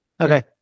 Okay